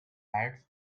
ads